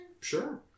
Sure